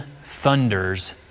thunders